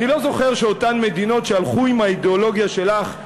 אני לא זוכר שאותן מדינות שהלכו עם האידיאולוגיה שלך,